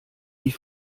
die